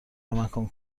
مکان